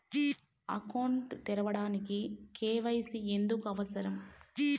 Account తెరవడానికి, KYC ఎందుకు అవసరం?